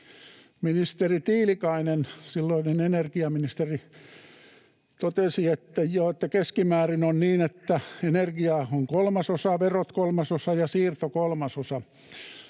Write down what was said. Ministeri Tiilikainen, silloinen energiaministeri, totesi, että keskimäärin on niin, että energiaa on kolmasosa, verot kolmasosa ja siirto kolmasosa,